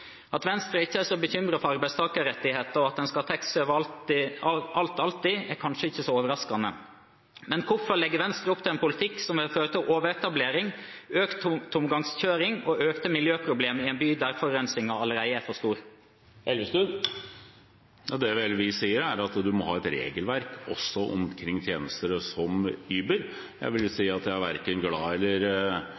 At Venstre ikke er så bekymret for arbeidstakerrettigheter, og mener at en skal ha taxi overalt, alltid, er kanskje ikke så overraskende. Men hvorfor legger Venstre opp til en politikk som vil føre til overetablering, økt tomgangskjøring og økte miljøproblemer i en by der forurensningen allerede er for stor? Det vi sier, er at vi må ha et regelverk også for tjenester som Uber. Jeg vil si